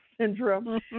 syndrome